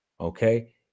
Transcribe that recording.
okay